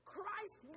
Christ